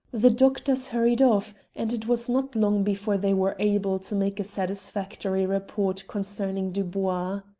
the doctors hurried off, and it was not long before they were able to make a satisfactory report concerning dubois.